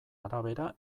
arabera